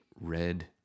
red